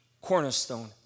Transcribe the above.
cornerstone